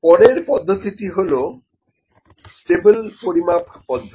পরের পদ্ধতিটি হলো স্টেবল পরিমাপ পদ্ধতি